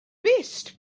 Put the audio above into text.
best